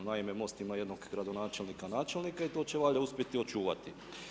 Naime, MOST ima jednog gradonačelnika, načelnika i to će valjda uspjeti očuvati.